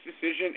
decision